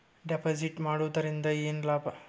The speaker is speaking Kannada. ಡೆಪಾಜಿಟ್ ಮಾಡುದರಿಂದ ಏನು ಲಾಭ?